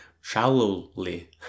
shallowly